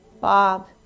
Bob